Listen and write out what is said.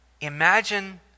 Imagine